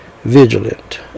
vigilant